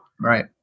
Right